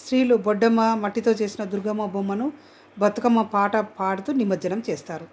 స్త్రీలు బొడ్డమ్మ మట్టితో చేసిన దుర్గమ్మ బొమ్మను బతుకమ్మపాట పడుతూ నిమజ్జనం చేస్తారు